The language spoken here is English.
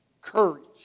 Courage